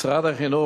משרד החינוך,